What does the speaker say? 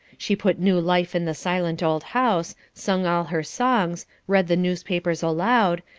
she put new life in the silent old house, sung all her songs, read the newspapers aloud,